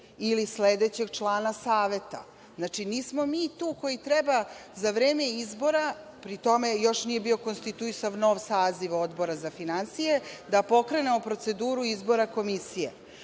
ili sledećeg člana saveta. Nismo mi ti koji treba za vreme izbora, prema tome još uvek nije bio konstituisan nov saziv Odbora za finansije, da pokrenemo proceduru izbora Komisije. Drugo,